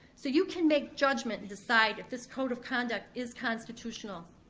so you can make judgment and decide if this code of conduct is constitutional.